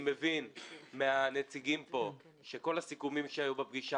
אני מבין מהנציגים פה שכל הסיכומים שהיו בפגישה